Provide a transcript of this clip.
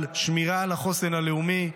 אלא על שמירה על החוסן הלאומי.